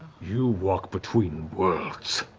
you walk between worlds.